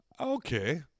Okay